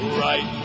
right